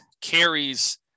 carries